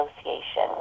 Association